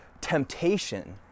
temptation